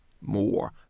more